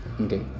okay